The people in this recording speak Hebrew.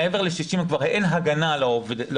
מעבר ל-60 ימים כבר אין הגנה על העובדת.